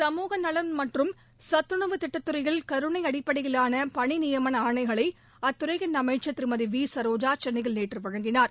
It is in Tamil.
சமூக நலம் மற்றும் சத்துணவுத் திட்டத்துறையில் கருணை அடிப்படையிலான பணி நியமன ஆணைகளை அத்துறையின் அமைச்ச் திருமதி வி சரோஜா சென்னையில் நேற்று வழங்கினார்